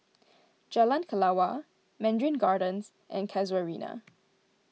Jalan Kelawar Mandarin Gardens and Casuarina